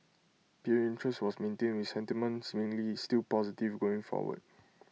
period interest was maintained with sentiment seemingly still positive going forward